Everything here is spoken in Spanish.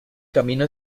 camino